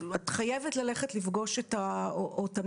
ילדה שחייבו אותה ללכת לפגוש את המשפחה.